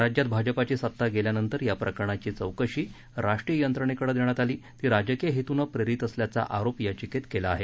राज्यात भाजपाची सत्ता गेल्यानंतर या प्रकरणाची चौकशी राष्ट्रीय यंत्रणेकडे देण्यात आली ती राजकीय हेतूने प्रेरित असल्याचा आरोप याचिकेत केला आहे